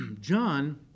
John